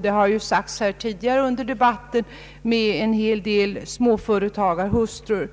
— det har sagts tidigare i debatten — desamma som möter en hel del småföretagarhustrur.